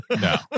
no